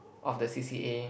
of the C_C_A